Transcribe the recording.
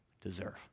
deserve